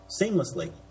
seamlessly